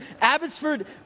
Abbotsford